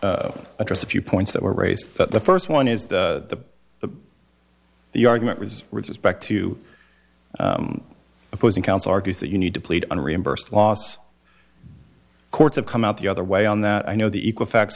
few addressed a few points that were raised at the first one is the the argument was respect two opposing counsel argues that you need to plead on reimbursed loss courts have come out the other way on that i know the equal facts